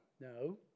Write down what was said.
No